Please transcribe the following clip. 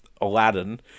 Aladdin